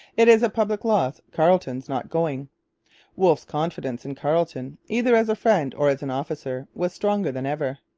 it is a public loss carleton's not going wolfe's confidence in carleton, either as a friend or as an officer, was stronger than ever.